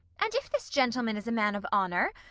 and if this gentleman is a man of honour,